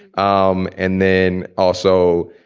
um and then also,